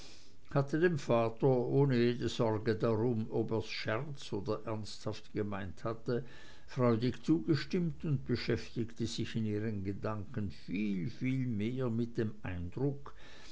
hatte dem vater ohne jede sorge darum ob er's scherz oder ernsthaft gemeint hatte freudig zugestimmt und beschäftigte sich in ihren gedanken viel viel mehr mit dem eindruck